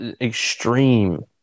extreme